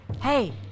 Hey